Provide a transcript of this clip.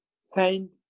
saint